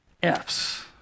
F's